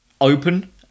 open